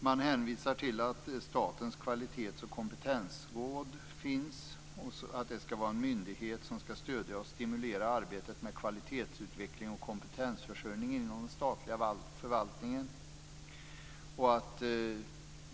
Man hänvisar till att Statens kvalitets och kompetensråd finns och att det ska vara en myndighet som ska stödja och stimulera arbetet med kvalitetsutveckling och kompetensförsörjning inom den statliga förvaltningen.